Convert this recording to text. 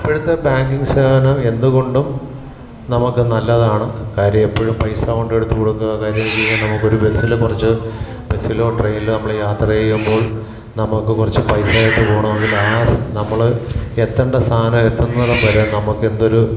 ഇപ്പഴത്തെ ബാങ്കിങ്ങ് സേവനം എന്തുകൊണ്ടും നമുക്ക് നല്ലതാണ് കാര്യം എപ്പഴും പൈസ കൊണ്ട് എടുത്ത് കൊടുക്കുക കാര്യം എന്ന് വച്ച് കഴിഞ്ഞാൽ നമുക്കൊരു ബസ്സിൽ കുറച്ച് ബസ്സിലോ ട്രെയിനിലോ നമ്മൾ യാത്ര ചെയ്യുമ്പോൾ നമുക്ക് കുറച്ച് പൈസയായിട്ട് പോകണമെങ്കിൽ ആ നമ്മൾ എത്തേണ്ട സ്ഥാനം എത്തുന്നിടം വരെ നമുക്ക് എന്തൊരു